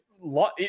lot